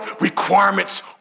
requirements